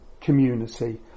community